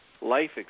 life